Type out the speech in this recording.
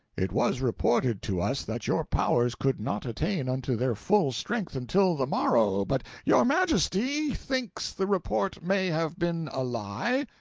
it was reported to us that your powers could not attain unto their full strength until the morrow but your majesty thinks the report may have been a lie?